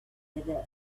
wither